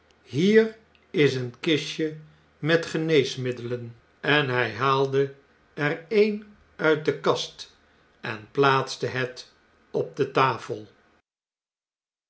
hier is een kistje met geneesmiddelen en hij haalde er een uit de kast en plaatste het op de tafel